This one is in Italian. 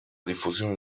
diffusione